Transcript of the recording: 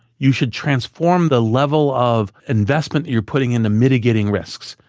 you should transform the level of investment you're putting into mitigating risks.